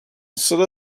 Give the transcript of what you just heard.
instead